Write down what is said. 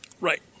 Right